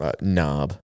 knob